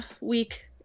week